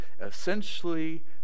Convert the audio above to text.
essentially